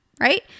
right